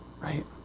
Right